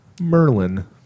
Merlin